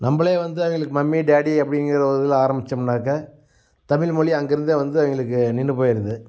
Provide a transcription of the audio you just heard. நம்மளே வந்து அவங்களுக்கு மம்மி டேடி அப்படிங்கிற ஒரு இதில் ஆரம்பிச்சோம்னாக்க தமிழ்மொழி அங்கேயிருந்து வந்து அவங்களுக்கு நின்று போயிடுது